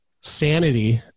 sanity